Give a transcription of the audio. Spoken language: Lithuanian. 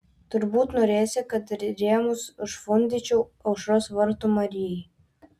turbūt norėsi kad ir rėmus užfundyčiau aušros vartų marijai